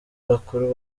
bakuru